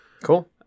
Cool